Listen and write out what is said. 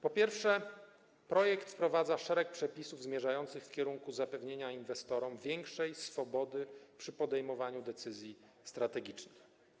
Po pierwsze, projekt wprowadza szereg przepisów zmierzających w kierunku zapewnienia inwestorom większej swobody przy podejmowaniu decyzji strategicznych.